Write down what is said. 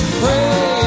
pray